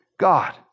God